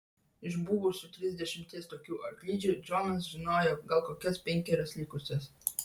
iš buvusių trisdešimties tokių arklidžių džonas žinojo gal kokias penkerias likusias